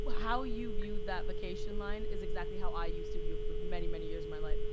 how you view that vacation line, is exactly how i used to view it for the many, many years in my life.